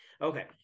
okay